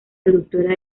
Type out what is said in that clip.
productora